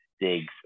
digs